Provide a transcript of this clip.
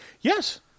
Yes